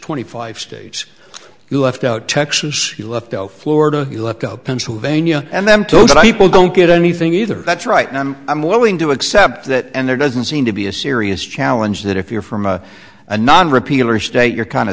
twenty five states you left out texas you left out florida you left out pennsylvania and them todo people don't get anything either that's right i'm a more willing to accept that and there doesn't seem to be a serious challenge that if you're from a a non repeal or state you're kind